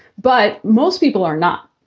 but most people are not.